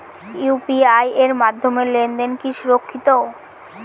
UPI এর মাধ্যমে লেনদেন কি সুরক্ষিত?